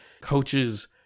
coaches